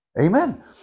Amen